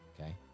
okay